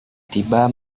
tiba